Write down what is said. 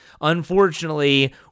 unfortunately